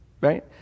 Right